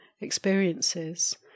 experiences